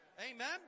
Amen